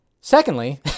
Secondly